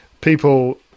People